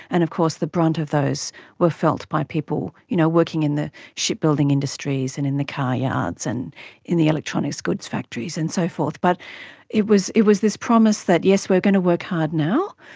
and of course the brunt of those were felt by people you know working in the shipbuilding industries and in the car yards and in the electronics goods factories and so forth. but it was it was this promise that, yes, we are going to work hard now,